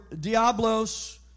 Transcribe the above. diablos